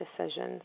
decisions